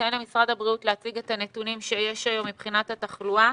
ניתן למשרד הבריאות להציג את הנתונים שיש היום מבחינת התחלואה.